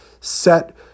set